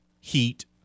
Heat